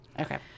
Okay